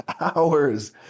hours